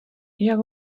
jak